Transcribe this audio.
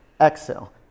exhale